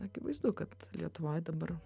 akivaizdu kad lietuvoj dabar